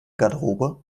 garderobe